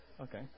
Okay